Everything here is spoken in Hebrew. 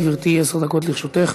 גברתי, עשר דקות לרשותך,